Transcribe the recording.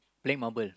play marble